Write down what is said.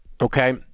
Okay